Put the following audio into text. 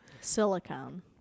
Silicone